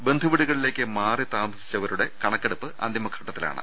ബന്ധുവീടുകളി ലേക്ക് മാറിത്താമസിച്ചവരുടെ കണക്കെടുപ്പ് അന്തിമ ഘട്ടത്തിലാണ്